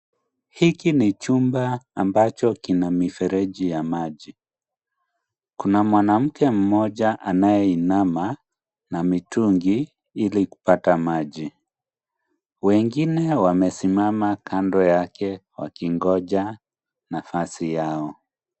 Hiki ni chumba ambacho kina miifereji ya maji, kuna mwanamke mmoja anayeinama na mitungi ili kupata maji, wengine wamesimama kando yake wakingoja nafasi yao.